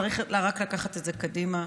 צריך רק לקחת את זה קדימה.